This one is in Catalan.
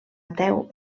ateu